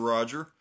Roger